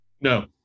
no